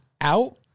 out